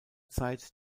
zeit